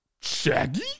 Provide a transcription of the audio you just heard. Shaggy